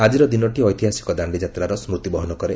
ଆଜିର ଦିନଟି ଐତିହାସିକ ଦାଣ୍ଡିଯାତ୍ରାର ସୁତି ବହନ କରେ